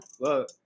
Look